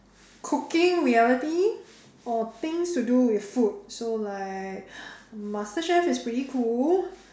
cooking reality or things to do with food so like masterchef is pretty cool